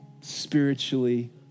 spiritually